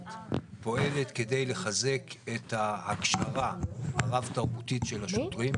פועלת כדי לחזק את ההקשרה הרב תרבותית של השוטרים,